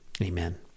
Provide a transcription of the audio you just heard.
Amen